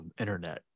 internet